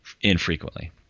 infrequently